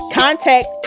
contact